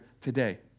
today